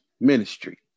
ministry